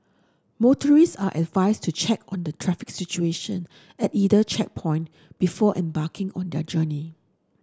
motorist are advised to check on the traffic situation at either checkpoint before embarking on their journey